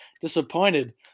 disappointed